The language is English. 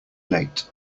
late